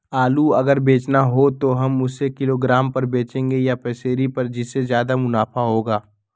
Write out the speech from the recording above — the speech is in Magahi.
आलू अगर बेचना हो तो हम उससे किलोग्राम पर बचेंगे या पसेरी पर जिससे ज्यादा मुनाफा होगा?